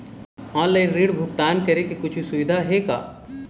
Online ऋण भुगतान करे के कुछू सुविधा हे का?